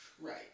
Right